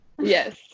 Yes